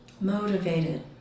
motivated